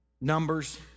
Numbers